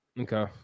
okay